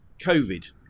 Covid